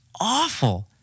awful